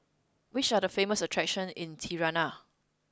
which are the famous attractions in Tirana